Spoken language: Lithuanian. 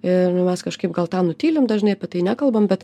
ir mes kažkaip gal tą nutylim dažnai apie tai nekalbam bet